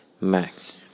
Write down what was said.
max